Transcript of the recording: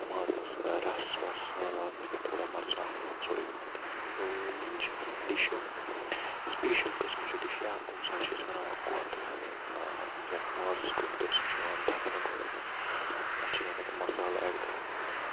مازَس رَس وَس یِوان لاگنہٕ بیٚیہِ تھوڑا مَرژٕوانٛگُن یِوان ژوٚرُے پَہَم ترٛاونہٕ تو یِم چھِ کینٛہہ ڈِشہٕ سپیشل قٕسمچہِ ڈِشہٕ یا کُنہِ ساتہٕ چھِ أسۍ بَناوان کُفتہٕ یِم زَن مازَس کُفتہٕ سُہ چھُ یِوان دگنہٕ گۄڈٕ پتہٕ چھِ یِوان تَتھ مَسالہٕ ایڈ کَرنہٕ